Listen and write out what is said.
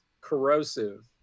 corrosive